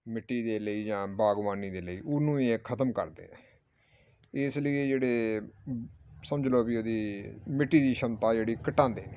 ਮਿੱਟੀ ਦੇ ਲਈ ਜਾਂ ਬਾਗਵਾਨੀ ਦੇ ਲਈ ਉਹਨੂੰ ਇਹ ਖਤਮ ਕਰਦੇ ਇਸ ਲਈ ਇਹ ਜਿਹੜੇ ਸਮਝ ਲਓ ਵੀ ਇਹਦੀ ਮਿੱਟੀ ਦੀ ਸ਼ਮਤਾ ਜਿਹੜੀ ਘਟਾਉਂਦੇ ਨੇ